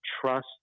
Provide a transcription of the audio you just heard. trust